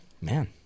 Man